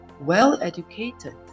Well-educated